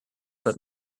but